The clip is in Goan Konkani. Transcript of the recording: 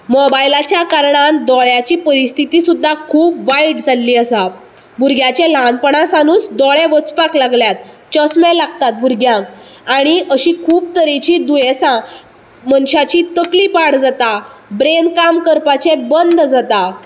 मोबायलाच्या कारणान दोळ्याची परिस्थीती खूब वायट जाल्ली आसा भुरग्याचे ल्हानपाणां सावनूच दोळे वचपाक लागल्यात चश्मे लागतात भुरग्यांक आनी अशी खूब तरेची दुयेंसा मनशाची तकली पाड जाता ब्रेन काम करपाचे बंद जाता